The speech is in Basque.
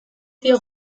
dio